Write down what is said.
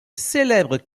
célèbres